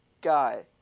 guy